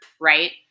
right